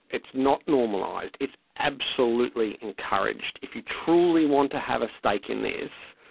it's not normalised, it's absolutely encouraged. if you truly want to have a stake in this,